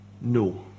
No